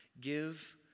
give